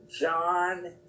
John